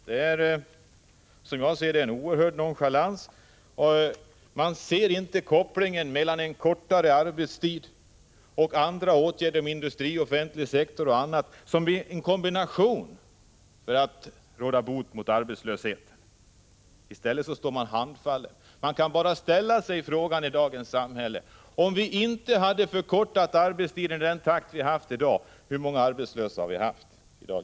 Detta är, som jag ser det, en oerhörd nonchalans. Man ser inte kopplingen mellan en kortare arbetstid och andra åtgärder inom den offentliga sektorn och på annat håll för att i kombination råda bot på arbetslösheten. I stället står man handfallen. Jag kan bara ställa frågan: Om vi inte tidigare hade förkortat arbetstiden i den takt som vi gjort, hur många arbetslösa skulle vi då haft i dag?